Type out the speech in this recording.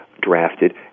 drafted